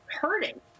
hurting